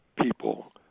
people